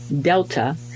Delta